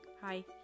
Hi